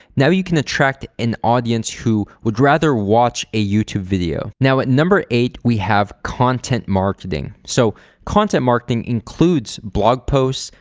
now you can attract an audience who would rather watch a youtube video. now at number eight we have content marketing. so content marketing includes blog posts,